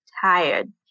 tired